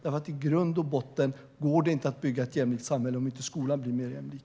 I grund och botten går det inte att bygga ett jämlikt samhälle om inte skolan blir mer jämlik.